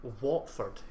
Watford